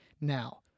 Now